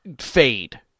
fade